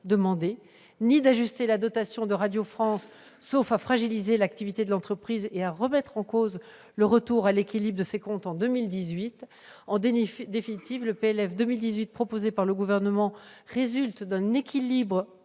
demandés, ni d'ajuster la dotation de Radio France, sauf à fragiliser l'activité de l'entreprise et à remettre en cause le retour à l'équilibre de ses comptes en 2018. En définitive, le projet de loi de finances pour 2018 proposé par le Gouvernement résulte d'un équilibre